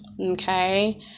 okay